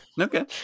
Okay